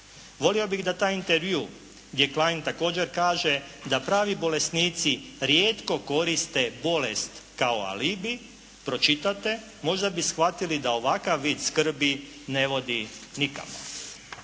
Volio bih da taj intervju gdje Klein također kaže da pravi bolesnici rijetko koriste bolest kao alibi. Pročitajte, možda bi shvatili da ovakav vid skrbi ne vodi nikamo.